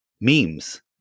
memes